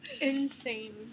Insane